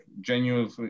genuinely